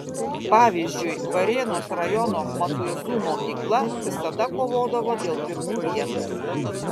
pavyzdžiui varėnos rajono matuizų mokykla visada kovodavo dėl pirmų vietų